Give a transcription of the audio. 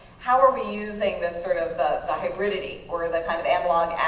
how are we using this sort of the hybridity or the kind of analog